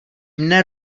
mne